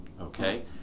okay